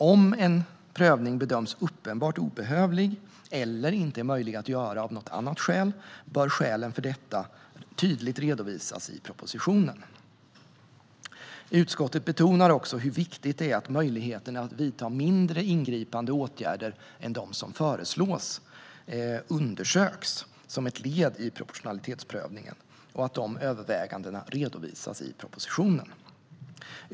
Om en prövning bedöms uppenbart obehövlig eller av något annat skäl inte är möjlig att göra bör skälen för detta tydligt redovisas i propositionen. Utskottet betonar också hur viktigt det är att möjligheterna att vidta mindre ingripande åtgärder än de som föreslås undersöks som ett led i proportionalitetsprövningen och att de övervägandena redovisas i propositionen.